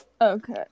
Okay